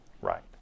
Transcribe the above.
Right